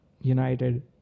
United